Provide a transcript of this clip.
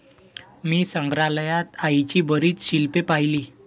मी संग्रहालयात आईची बरीच शिल्पे पाहिली